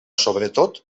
sobretot